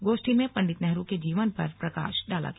गोष्ठी में पंडित नेहरू के जीवन पर प्रकाश डाला गया